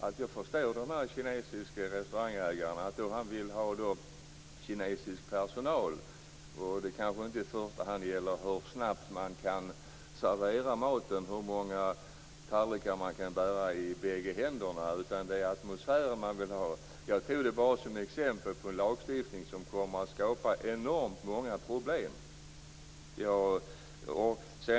Jag kan förstå att den kinesiske restaurangägaren vill ha kinesisk personal och att det inte i första hand kanske handlar om hur snabbt servitörerna kan servera mat och hur många tallrikar som de kan bära utan att det handlar om atmosfären. Jag tog detta bara som ett exempel på en lagstiftning som kommer att skapa enormt många problem.